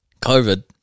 COVID